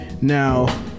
now